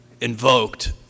invoked